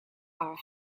are